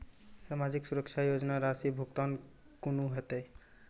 समाजिक सुरक्षा योजना राशिक भुगतान कूना हेतै?